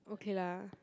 okay lah